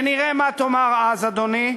ונראה מה תאמר אז, אדוני,